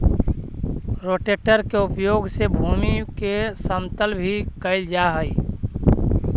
rotator के उपयोग से भूमि के समतल भी कैल जा हई